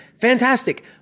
Fantastic